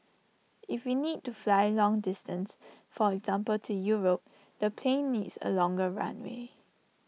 if we need to fly long distance for example to Europe the plane needs A longer runway